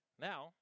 Now